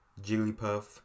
Jigglypuff